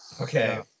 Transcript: Okay